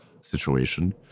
situation